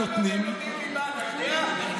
נותנים, כמה מהם לומדים ליבה, אתה יודע?